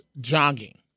jogging